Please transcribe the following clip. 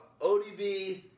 ODB